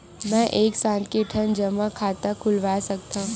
मैं एक साथ के ठन जमा खाता खुलवाय सकथव?